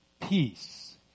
Peace